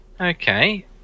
Okay